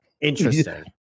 Interesting